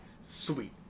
sweet